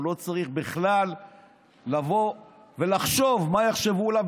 הוא לא צריך בכלל לבוא ולחשוב מה יחשבו עליו